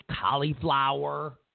cauliflower